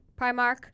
Primark